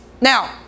Now